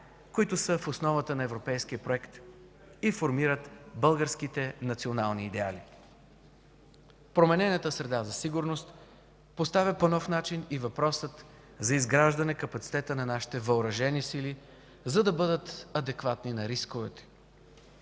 които са в основа на европейския проект и формират българските национални идеали. Променената среда за сигурност поставя по нов начин и въпроса за изграждане капацитета на нашите Въоръжени сили, за да бъдат адекватни на рисковете.